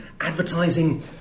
advertising